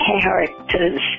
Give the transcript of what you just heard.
characters